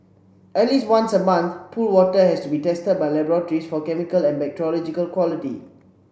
at least once a month pool water has to be tested by laboratories for chemical and bacteriological quality